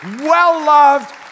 well-loved